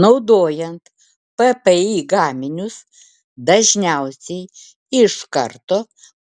naudojant ppi gaminius dažniausiai iš karto